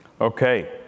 Okay